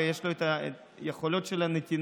ויש לו יכולות של נתינה,